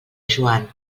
joan